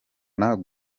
mwaka